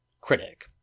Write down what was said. critic